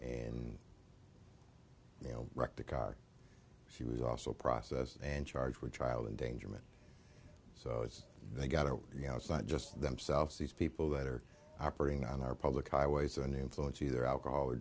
and you know wrecked the car she was also process and charged with child endangerment so as they got to you know it's not just themselves these people that are operating on our public highways and influence either alcohol or